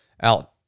out